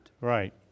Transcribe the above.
right